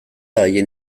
haien